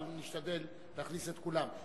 אבל נשתדל להכניס את כולם.